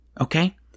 Okay